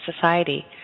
society